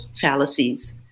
fallacies